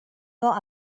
not